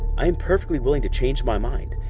i am perfectly willing to change my mind,